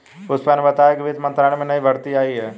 पुष्पा ने बताया कि वित्त मंत्रालय में नई भर्ती आई है